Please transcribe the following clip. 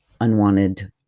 unwanted